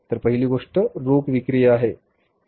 तर पहिली गोष्ट रोख विक्री आहे